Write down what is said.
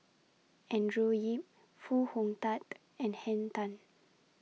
Andrew Yip Foo Hong Tatt and Henn Tan